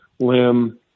Limb